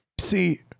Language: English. See